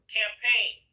campaign